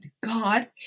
God